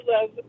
love